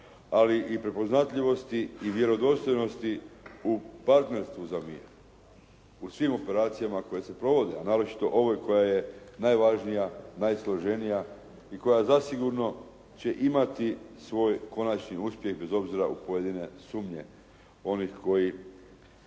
ali i prepoznatljivosti i vjerodostojnosti u partnerstvu za mir u svim operacijama koje se provode a naročito ovoj koja je najvažnija, najsloženija i koja zasigurno će imati svoj konačni uspjeh bez obzira u pojedine sumnje onih koji